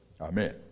amen